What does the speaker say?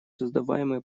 создаваемые